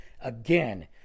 Again